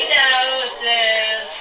doses